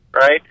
Right